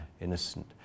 innocent